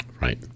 right